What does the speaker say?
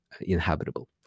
inhabitable